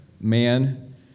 man